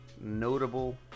notable